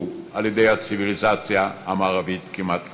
על-ידי הציוויליזציה המערבית כמעט כולה.